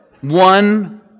One